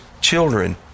children